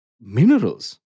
minerals